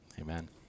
Amen